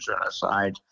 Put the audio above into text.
genocide